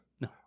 No